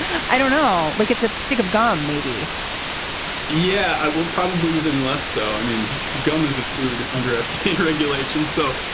i don't know, like it's a stick of gum, maybe yeah, i will. probably even less so. i mean, gum is a food under fda deregulation, so.